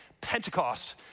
Pentecost